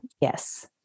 Yes